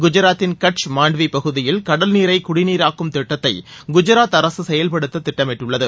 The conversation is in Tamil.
குஜராத்தின் கட்ச் மாண்ட்வி பகுதியில் கடல்நீரை குடிநீராக்கும் திட்டத்தை குஜராத் அரசு செயல்படுத்த திட்டமிட்டுள்ளது